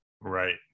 Right